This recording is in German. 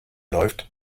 läuft